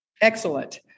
Excellent